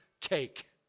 cake